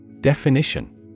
Definition